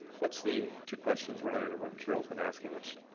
what's the two questions related to what carol's been asking, which,